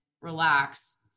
relax